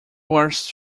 was